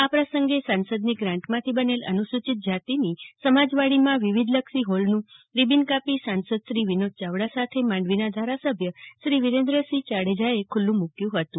આ પ્રસંગે સાંસદની ગ્રાન્ટમાંથી અનુસુચિત જાતીની સમાજવાડીઓ વિવિધલક્ષી હોલનું રીબીન કાપી સાંસદ શ્રી વિનોદ ચાવડા સાથે માંડવીના ધારાસભ્યશ્રી વિરેન્દ્રસિંહ જાડેજાએ ખુલ્લું મુક્યું હતું